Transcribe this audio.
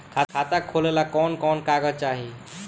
खाता खोलेला कवन कवन कागज चाहीं?